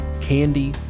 candy